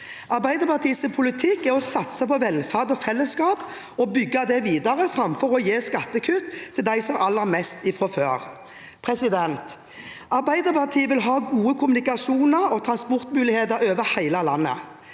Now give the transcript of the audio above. Arbeiderpartiets politikk er å satse på velferd og fellesskap og bygge det videre, framfor å gi skattekutt til dem som har aller mest fra før. Arbeiderpartiet vil ha gode kommunikasjoner og trans portmuligheter over hele landet.